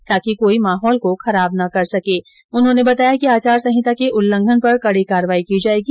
ताकि कोई माहौल को खराब ना कर सके उन्होने बताया कि आचार संहिता के उल्लघन पर कड़ी कार्रवाई की जाएगी